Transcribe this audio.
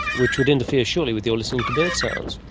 which would interfere surely with you listening to bird sounds?